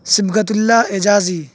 Sibghat Ullah Ejazi